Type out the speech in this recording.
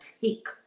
take